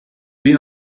you